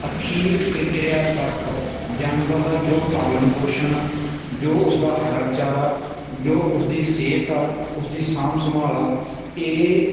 ਅਖੀਰ ਪ੍ਰਕਿਰਿਆ ਤੱਕ ਜਾਨਵਰ ਦਾ ਜੋ ਪਾਲਣ ਪੋਸ਼ਣ ਆ ਜੋ ਉਸ ਦਾ ਹਰਾ ਚਾਰਾ ਜੋ ਉਸ ਦੀ ਸਿਹਤ ਆ ਉਸ ਦੀ ਸਾਂਭ ਸੰਭਾਲ ਆ ਇਹ